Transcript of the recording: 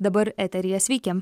dabar eteryje sveiki